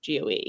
GOE